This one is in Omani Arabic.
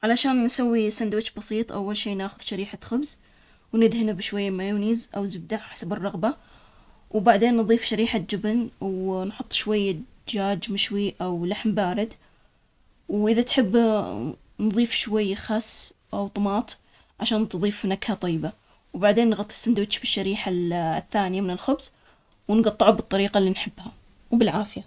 حتى نصنع سندويشة بسيطة، نحتاج لخبز وجبنة وخس. أول شيء، نأخذ شريحتين من الخبز نحط شريحة جبن على واحدة من الشرايح الخبز، وبعدها نضيف الخس, ممكن نضيف شرايح من الطماطم أو المايونيز. وبعدها نغطيها بالشريحة الثانية من الخبز، ونقطعها نصين ونقدمها مع عصير أو بطاطس مقلية, و بالعافية.